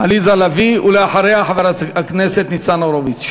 עליזה לביא, ואחריה, חבר הכנסת ניצן הורוביץ.